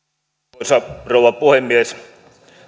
arvoisa rouva puhemies